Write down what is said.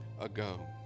ago